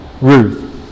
Ruth